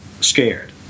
scared